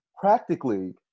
Practically